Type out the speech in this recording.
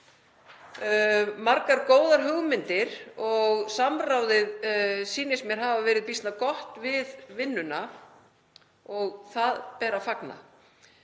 margar góðar hugmyndir, og samráðið sýnist mér hafa verið býsna gott við vinnuna og því ber að fagna.